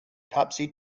topsy